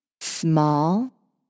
small